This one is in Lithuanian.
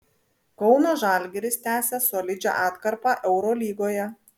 kauno žalgiris tęsia solidžią atkarpą eurolygoje